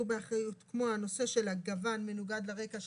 באחריות כמו הנושא של הגוון מנוגד לרקע,